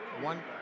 one